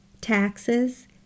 taxes